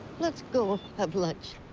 let's go have lunch.